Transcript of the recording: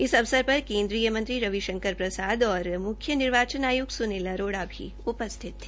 इस अवसर पर केन्द्रीय मंत्री रवि शंकर प्रसाद और मुख्य निर्वाचन आयुक्त सुनील अरोड़ा भी उपस्थित रहे